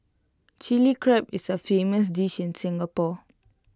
Chilli Crab is A famous dish in Singapore